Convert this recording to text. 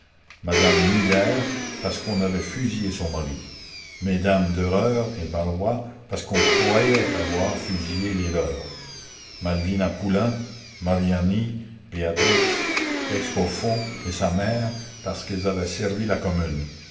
madame millière parce qu'on avait fusillé son mari mesdames dereure et barois parce qu'on croyait avoir fusillé les leurs malvina poulain mariani béatrix excoffons et sa mère parce qu'elles avaient servi la commune